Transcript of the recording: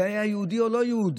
זה היה יהודי או לא יהודי,